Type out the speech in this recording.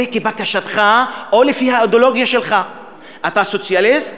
אתה סוציאליסט?